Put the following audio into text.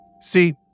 See